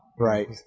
Right